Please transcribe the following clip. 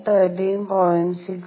6eV 13